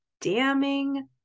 damning